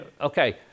okay